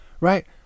right